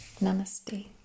namaste